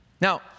Now